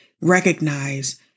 recognize